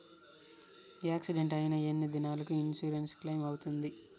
Accident అయిన ఎన్ని దినాలకు ఇన్సూరెన్సు క్లెయిమ్ అవుతుంది?